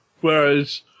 whereas